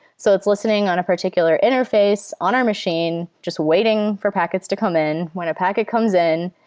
so it's listening on a particular interface on our machine just waiting for packets to come in. when a packet comes in,